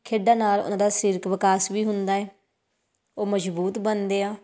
ਖੇਡਾਂ ਨਾਲ ਉਹਨਾਂ ਦਾ ਸਰੀਰਿਕ ਵਿਕਾਸ ਵੀ ਹੁੰਦਾ ਹੈ ਉਹ ਮਜ਼ਬੂਤ ਬਣਦੇ ਆ